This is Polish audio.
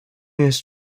jest